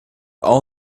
all